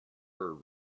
her